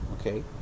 okay